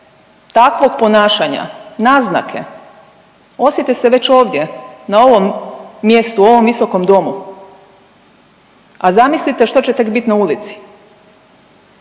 takvog ponašanja, naznake, osjete se već ovdje na ovom mjestu, u ovom visokom domu, a zamislite što će tek bit na ulici.